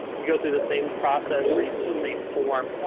you go through the same process. we're using the same form.